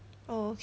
oh